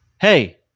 Hey